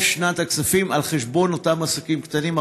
שנת הכספים על חשבון אותם עסקים קטנים.